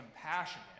compassionate